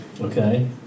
Okay